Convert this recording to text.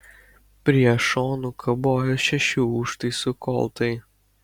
prie šonų kabojo šešių užtaisų koltai